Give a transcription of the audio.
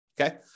okay